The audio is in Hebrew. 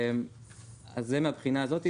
אז זה מהבחינה הזאת.